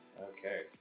Okay